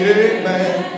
amen